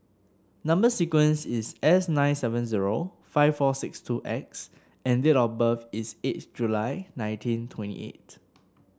number sequence is S nine seven zero five four six two X and date of birth is eighth July nineteen twenty eight